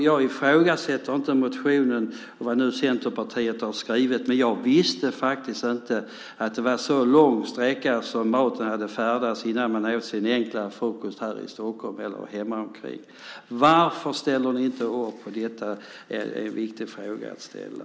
Jag ifrågasätter inte motionen eller vad Centerpartiet har skrivit, men jag visste faktiskt inte att maten hade färdats en sådan lång sträcka innan man åt sin enkla frukost i Stockholm eller hemmavid. Varför ställer ni inte upp på detta?